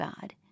God